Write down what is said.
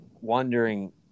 wondering